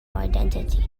identity